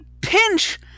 pinch